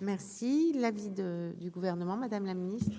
Merci la vie de du gouvernement, Madame la Ministre.